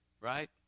right